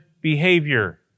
behavior